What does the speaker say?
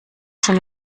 schon